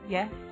Yes